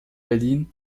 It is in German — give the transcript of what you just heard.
berlin